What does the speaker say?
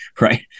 right